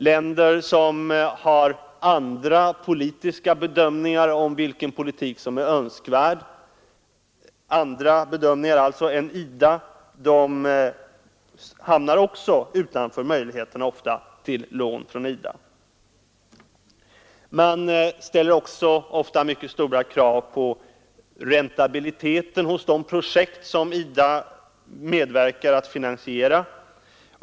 Länder som har andra bedömningar än IDA om vilken politik som är önskvärd hamnar också ofta utanför möjligheterna till lån från IDA. Man ställer också ofta stora krav på räntabiliteten hos de projekt som IDA medverkar till att finansiera.